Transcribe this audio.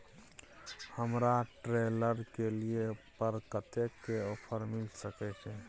हमरा ट्रेलर के लिए पर कतेक के ऑफर मिलय सके छै?